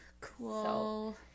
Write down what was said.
cool